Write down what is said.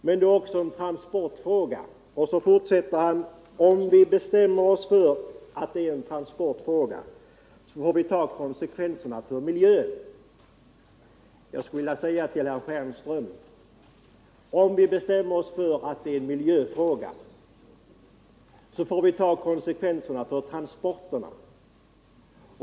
Men det är också en transportfråga och herr Stjernström fortsätter i sitt anförande: Om vi bestämmer oss för att det är en transportfråga får vi ta konsekvenserna för miljön. Jag skulle vilja säga till herr Stjernström: Om vi bestämmer oss för att det är en miljöfråga får vi ta konsekvenserna för transporterna.